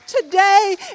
Today